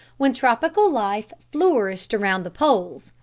when tropical life flourished around the poles,